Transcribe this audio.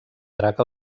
drac